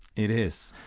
it is.